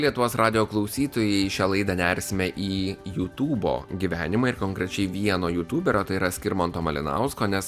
lietuvos radijo klausytojai šią laidą nersime į jutubo gyvenimą ir konkrečiai vieno jutuberio tai yra skirmanto malinausko nes